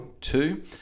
two